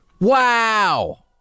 Wow